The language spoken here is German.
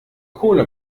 kohle